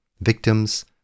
Victims